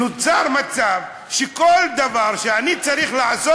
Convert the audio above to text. נוצר מצב שכל דבר שאני צריך לעשות,